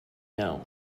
know